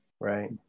Right